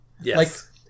Yes